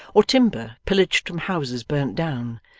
or timber pillaged from houses burnt down,